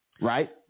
right